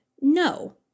No